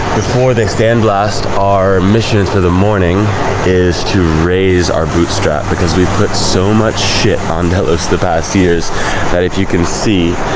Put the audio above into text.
before they sandblast, our mission for the morning is to raise our boot stripe because we've put so much shit on delos the past years that if you can see,